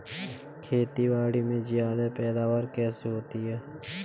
खेतीबाड़ी में ज्यादा पैदावार कैसे होती है?